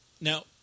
Now